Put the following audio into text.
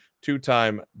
two-time